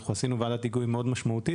אנחנו עשינו ועדת היגוי מאוד משמעותית.